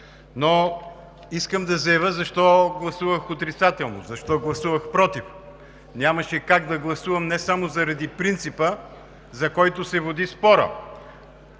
Искам да заявя защо гласувах отрицателно, защо гласувах „против“. Нямаше как да гласувам не само заради принципа, за който се води спора.